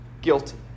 guilty